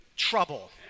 trouble